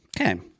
Okay